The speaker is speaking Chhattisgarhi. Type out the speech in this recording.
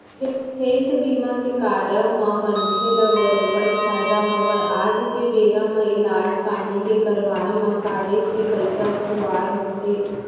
हेल्थ बीमा के कारब म मनखे ल बरोबर फायदा हवय आज के बेरा म इलाज पानी के करवाय म काहेच के पइसा खुवार होथे